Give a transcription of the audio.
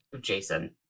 Jason